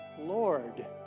Lord